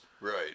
Right